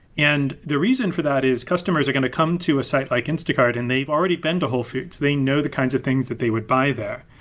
and the reason for that is customers are going to come to a site like instacart and they've already been to wholefoods. they know the kinds of things that they would buy there.